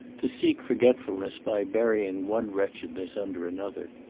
to seek forgetfulness by burying one wretchedness under another.